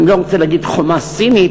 אני לא רוצה לומר חומה סינית,